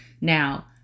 now